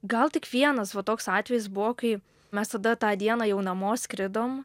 gal tik vienas va toks atvejis buvo kai mes tada tą dieną jau namo skridom